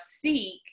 seek